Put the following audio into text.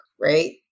right